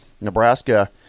Nebraska